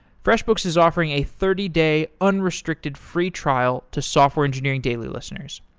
freshbooks is offering a thirty day unrestricted free trial to software engineering daily listeners.